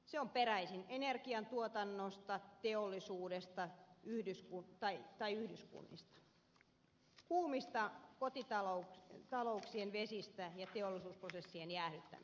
se on peräisin energiantuotannosta teollisuudesta tai yhdyskunnista kuumista kotitalouksien vesistä ja teollisuusprosessien jäähdyttämisestä